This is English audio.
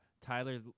Tyler